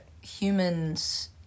humans